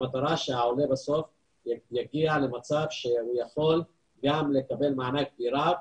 והמטרה היא שהעולה בסוף יגיע למצב שהוא יכול גם לקבל מענק דירה,